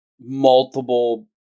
multiple